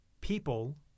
people